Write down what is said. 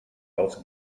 aus